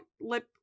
lip